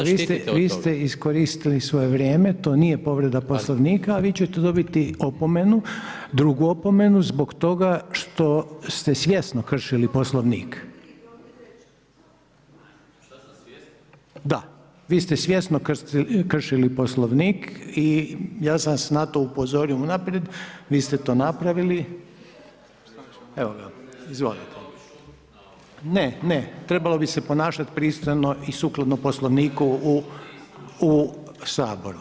Kolega Maras, vi ste iskoristili svoje vrijeme, to nije povreda poslovnika, a vi ćete dobiti opomenu, drugu opomenu, zbog tbog toga što ste svjesno kršili poslovnik. … [[Upadica se ne čuje.]] Da vi ste svjesno kršili poslovnik i ja sam vas na to upozorio unaprijed, vi ste to napravili, evo ga, izvolite. … [[Upadica se ne čuje.]] Ne, ne, trebalo bi se ponašati pristojno i sukladno poslovniku u saboru.